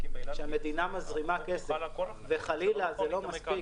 אבל כשהמדינה מזרימה כסף וחלילה זה לא מספיק,